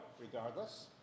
regardless